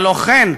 הלא כן?